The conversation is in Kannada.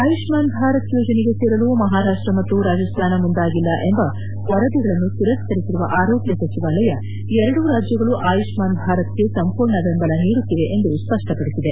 ಆಯುಷ್ನಾನ್ ಭಾರತ್ ಯೋಜನೆಗೆ ಸೇರಲು ಮಹಾರಾಷ್ಷ ಮತ್ತು ರಾಜಸ್ಥಾನ ಮುಂದಾಗಿಲ್ಲ ಎಂಬ ಆರೋಗ್ಲ ಸಚಿವಾಲಯದ ವರದಿಗಳನ್ನು ತಿರಸ್ತರಿಸಿರುವ ಆರೋಗ್ಯ ಸಚಿವಾಲಯ ಎರಡೂ ರಾಜ್ಯಗಳು ಆಯುಷ್ಲಾನ್ ಭಾರತ್ಗೆ ಸಂಪೂರ್ಣ ಬೆಂಬಲ ನೀಡುತ್ತಿವೆ ಎಂದು ಸ್ಪಷ್ಟಪಡಿಸಿದೆ